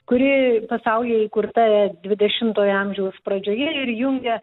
kuri pasaulyje įkurta dvidešimtojo amžiaus pradžioje ir jungia